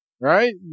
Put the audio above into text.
right